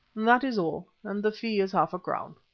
that is all, and the fee is half-a-crown.